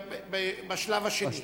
בשלב השני.